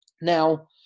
Now